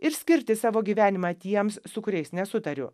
ir skirti savo gyvenimą tiems su kuriais nesutariu